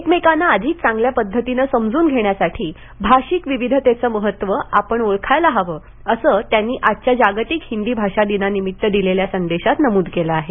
एकमेकांना अधिक चांगल्या पद्धतीनं समजून घेण्यासाठी भाषिक विविधतेचं महत्त्व आपण ओळखायला हवं असं त्यांनी आजच्या जागतिक हिंदी भाषा दिनानिमित्त दिलेल्या संदेशात नमूद केलं आहे